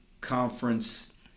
Conference